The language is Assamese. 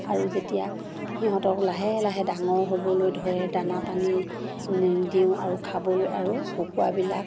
আৰু যেতিয়া সিহঁতক লাহে লাহে ডাঙৰ হ'বলৈ ধৰে দানা পানী দিওঁ আৰু খাবলৈ আৰু কুকুৰাবিলাক